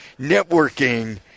networking